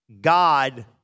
God